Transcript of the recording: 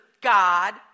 god